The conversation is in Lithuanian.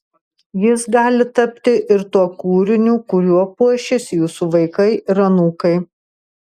jis gali tapti ir tuo kūriniu kuriuo puošis jūsų vaikai ir anūkai